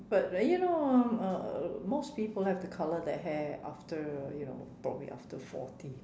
but then you know uh most people have to colour their hair after you know probably after forty